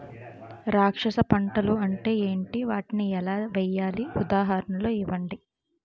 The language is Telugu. రక్షక పంటలు అంటే ఏంటి? వాటిని ఎలా వేయాలి? ఉదాహరణలు ఇవ్వండి?